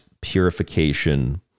purification